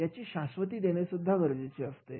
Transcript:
याची शाश्वती देणे गरजेचे असते